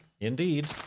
Indeed